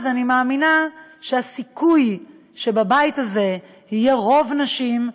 אז, אני מאמינה, הסיכוי שבבית הזה יהיה רוב לנשים,